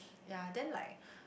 ya then like